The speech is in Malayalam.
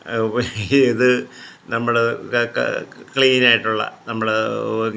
ഇത് നമ്മൾ ക്ലീനായിട്ടുള്ള നമ്മൾ